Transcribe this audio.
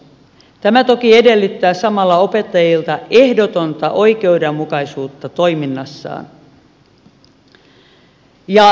tämä toki edellyttää samalla opettajilta ehdotonta oikeudenmukaisuutta toiminnassaan